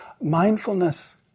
mindfulness